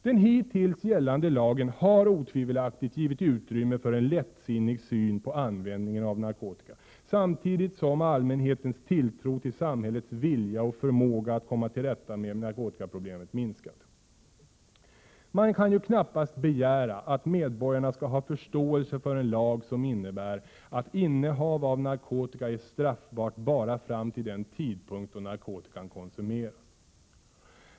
Den hittills gällande lagen har otvivelaktigt givit utrymme för en lättsinnig syn på användningen av narkotika, samtidigt som allmänhetens tilltro till samhällets vilja och förmåga att komma till rätta med narkotikaproblemet har minskat. Man kan ju knappast begära att medborgarna skall ha förståelse för en lag som innebär att innehav av illegal narkotika är straffbart bara fram till den tidpunkt då narkotikan konsumeras.